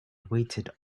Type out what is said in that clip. waited